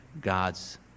God's